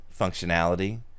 functionality